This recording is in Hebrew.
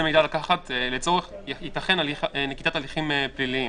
מידע לקחת ייתכן לצורך נקיטת הליכים פליליים.